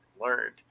learned